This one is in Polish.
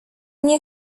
nie